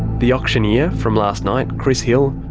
the auctioneer from last night, chris hill,